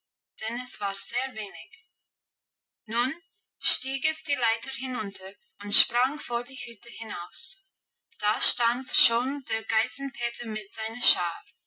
denn es war sehr wenig nun stieg es die leiter hinunter und sprang vor die hütte hinaus da stand schon der geißenpeter mit seiner schar